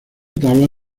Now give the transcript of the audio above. tabla